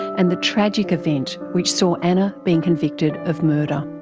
and the tragic event which saw anna being convicted of murder.